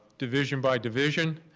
division by division,